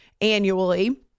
annually